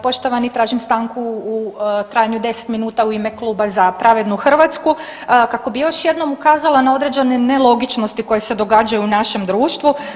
Poštovani, tražim stanku u trajanju od 10 minuta u ime Kluba Za pravednu Hrvatsku kako bi još jednom ukazala na određene nelogičnosti koje se događaju u našem društvu.